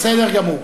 בסדר גמור.